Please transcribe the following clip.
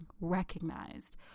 recognized